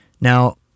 Now